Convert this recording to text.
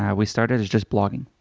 um we started as just blogging.